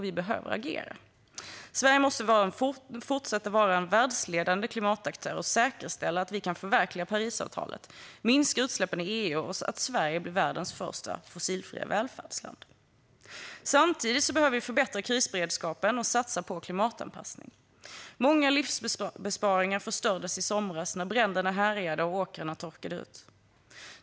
Vi behöver agera. Sverige måste fortsätta vara en världsledande klimataktör och säkerställa att vi kan förverkliga Parisavtalet, minska utsläppen i EU och se till att Sverige blir världens första fossilfria välfärdsland. Samtidigt behöver vi förbättra krisberedskapen och satsa på klimatanpassning. Många livsbesparingar förstördes i somras när bränderna härjade och åkrarna torkade ut.